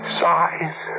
size